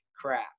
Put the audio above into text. crap